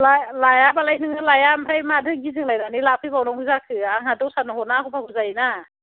ला लायाबालाय लाया नोङो ओमफ्राय माथो गिदिंलायनानै लाफैबावनांगौ जाखो आंहा दस्रानो हरनो आख' फाख' जायो ना